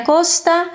Costa